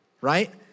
Right